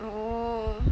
oh